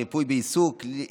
ריפוי בעיסוק,